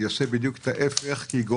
כלומר אתה אומר: זה לא